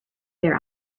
their